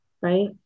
right